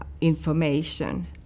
information